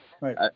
right